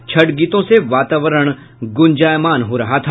छठ गीतों से वातावरण गुंजायमान हो रहा था